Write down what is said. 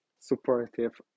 supportive